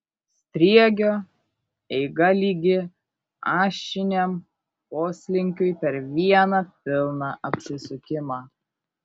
sriegio eiga lygi ašiniam poslinkiui per vieną pilną apsisukimą